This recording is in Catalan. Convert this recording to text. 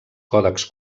còdecs